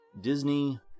disney